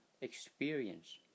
experience